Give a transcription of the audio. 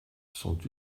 sont